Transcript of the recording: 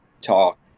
talk